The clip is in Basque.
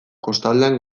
kostaldean